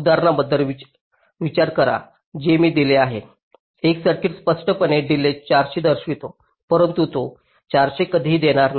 उदाहरणाबद्दल विचार करा जे मी दिले आहे एक सर्किट स्पष्टपणे डिलेज 400 दर्शवितो परंतु तो 400 कधीही येणार नाही